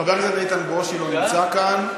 חבר הכנסת איתן ברושי, לא נמצא כאן.